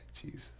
Jesus